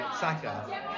Saka